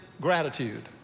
gratitude